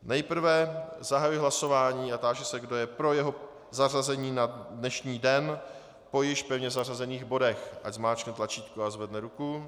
Nejprve zahajuji hlasování a táži se, kdo je pro jeho zařazení na dnešní dne po již pevně zařazených bodech, ať zmáčkne tlačítko a zvedne ruku.